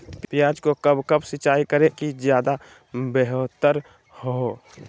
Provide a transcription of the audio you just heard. प्याज को कब कब सिंचाई करे कि ज्यादा व्यहतर हहो?